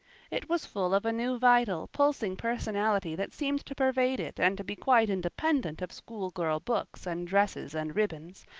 it was full of a new vital, pulsing personality that seemed to pervade it and to be quite independent of schoolgirl books and dresses and ribbons,